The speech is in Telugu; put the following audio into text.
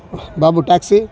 బాబు టాక్సీ